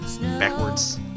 backwards